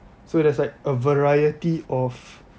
so there's like a variety of